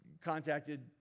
contacted